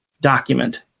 document